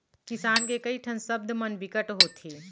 किसान के कइ ठन सब्द मन बिकट होथे